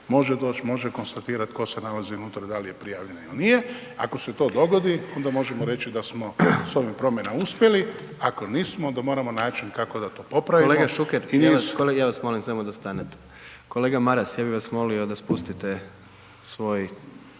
može doć, može konstatirat tko se nalazi unutra, da li je prijavljen ili nije. Ako se to dogodi onda možemo reći da smo s ovim promjenama uspjeli ako nismo onda moramo naći kako da to popravimo. **Jandroković, Gordan (HDZ)** Kolega Šuker, ja vas molim samo da stanete. Kolega Maras ja bi vas molio da spustite svoj